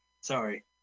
Sorry